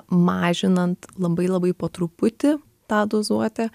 mažinant labai labai po truputį tą dozuotę